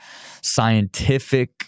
scientific